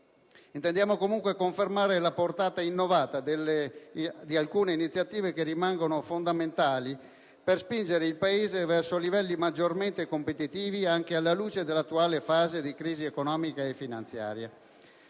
Intendiamo, comunque, confermare la portata innovativa di alcune iniziative che rimangono fondamentali per spingere il Paese verso livelli maggiormente competitivi, anche alla luce dell'attuale fase di crisi economica e finanziaria.